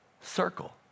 circle